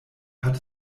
hat